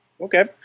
Okay